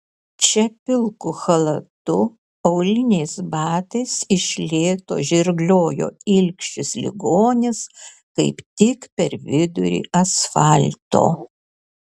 čia pilku chalatu auliniais batais iš lėto žirgliojo ilgšis ligonis kaip tik per vidurį asfalto